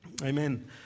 Amen